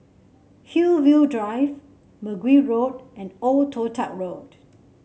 Hillview Drive Mergui Road and Old Toh Tuck Road